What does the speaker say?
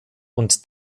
und